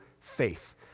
faith